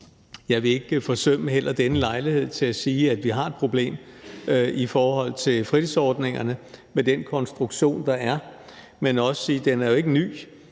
heller ikke forsømme denne lejlighed til at sige, at vi har et problem i forhold til fritidsordningerne med den konstruktion, der er, men også sige, at den jo ikke er